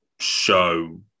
show